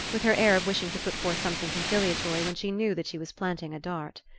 with her air of wishing to put forth something conciliatory when she knew that she was planting a dart.